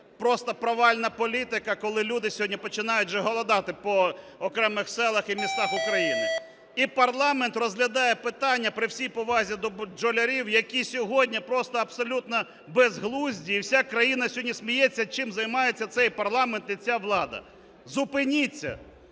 просто провальна політика, коли люди сьогодні починають вже голодати по окремих селах і містах України. І парламент розглядає питання, при всій повазі до бджолярів, які сьогодні просто абсолютно безглузді, і вся країна сьогодні сміється, чим займається цей парламент і ця влада. Зупиніться!